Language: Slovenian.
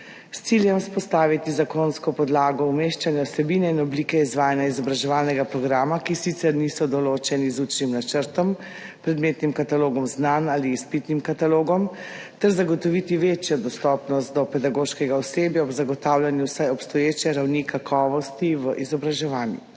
s ciljem vzpostaviti zakonsko podlago umeščanja vsebine in oblike izvajanja izobraževalnega programa, ki sicer niso določeni z učnim načrtom, predmetnim katalogom znanj ali izpitnim katalogom, ter zagotoviti večjo dostopnost do pedagoškega osebja, ob zagotavljanju vsaj obstoječe ravni kakovosti v izobraževanju.